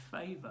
favor